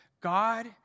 God